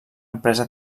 empresa